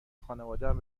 خانوادهام